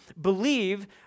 believe